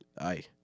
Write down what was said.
Aye